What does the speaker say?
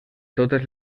totes